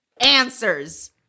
answers